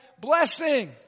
blessing